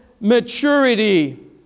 maturity